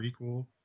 prequel